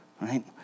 right